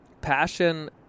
passion